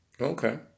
Okay